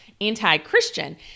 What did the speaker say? anti-Christian